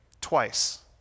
Twice